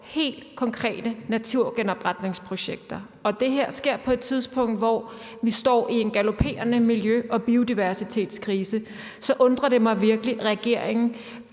helt konkrete naturgenopretningsprojekter. Og det her sker på et tidspunkt, hvor vi står i en galopperende miljø- og biodiversitetskrise. Så undrer det mig virkelig, at regeringen